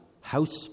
house